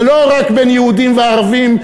זה לא רק בין יהודים וערבים,